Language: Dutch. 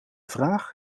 vraag